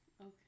Okay